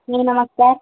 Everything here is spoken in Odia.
ଖୁଡ଼ୀ ନମସ୍କାର